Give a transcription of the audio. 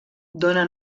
dóna